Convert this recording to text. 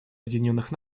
объединенных